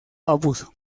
abuso